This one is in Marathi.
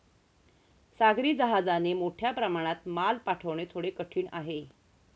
सागरी जहाजाने मोठ्या प्रमाणात माल पाठवणे थोडे कठीण आहे